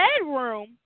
bedroom